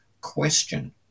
question